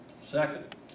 second